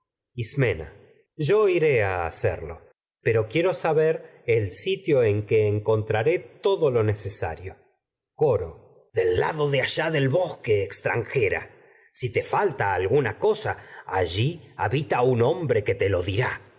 ismena yo iré a hacerlo pero quiero saber el sitio en que encontraré todo lo necesario lado de allá del coro del falta bosque extranjera si te hombre que te lo dirá